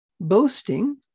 Boasting